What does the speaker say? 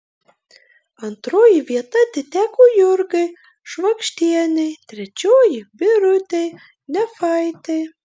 antroji vieta atiteko jurgai švagždienei trečioji birutei nefaitei